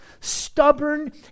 stubborn